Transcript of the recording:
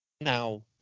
now